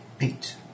eight